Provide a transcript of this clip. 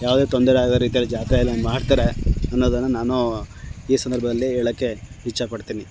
ಯಾವುದೇ ತೊಂದರೆ ಆಗದ ರೀತಿಯಲ್ಲಿ ಜಾತ್ರೆಯನ್ನು ಮಾಡ್ತಾರೆ ಅನ್ನೋದನ್ನು ನಾನು ಈ ಸಂದರ್ಭದಲ್ಲಿ ಹೇಳೋಕ್ಕೆ ಇಚ್ಛೆ ಪಡ್ತೀನಿ